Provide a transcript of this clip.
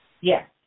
Yes